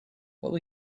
will